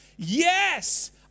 Yes